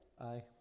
Aye